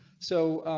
so.